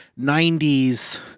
90s